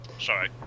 sorry